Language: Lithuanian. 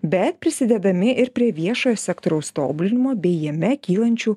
bet prisidėdami ir prie viešojo sektoriaus tobulinimo bei jame kylančių